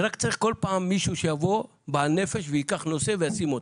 זה רק צריך כל פעם מישהו שיבוא בנפש וייקח נושא וישים אותו,